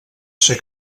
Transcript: ser